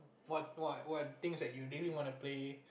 what what what things that you really want to play